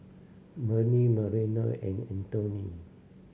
Bennie Mariela and Antony